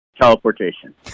Teleportation